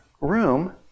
room